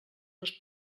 les